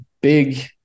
big